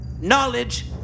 Knowledge